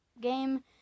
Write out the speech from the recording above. game